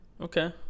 Okay